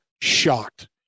shocked